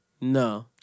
No